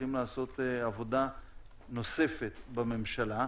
צריכים לעשות עבודה נוספת בממשלה.